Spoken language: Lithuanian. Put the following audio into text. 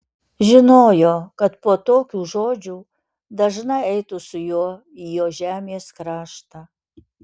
žinojo kad po tokių žodžių dažna eitų su juo į jo žemės kraštą